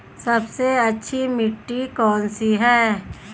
सबसे अच्छी मिट्टी कौन सी है?